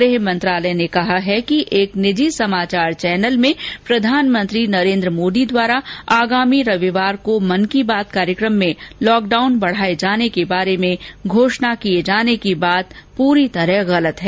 गृह मंत्रालय ने कहा है कि एक निजी समाचार चैनल में प्रधानमंत्री नरेन्द्र मोदी द्वारा आगामी रविवार को मन की बात कार्यक्रम में लॉकडाउन बढ़ाए जाने के बारे में घोषणा किये जाने की बात पूरी तरह गलत है